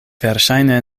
verŝajne